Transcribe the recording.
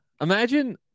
Imagine